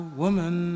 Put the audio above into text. woman